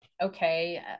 okay